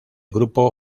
grupo